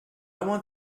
want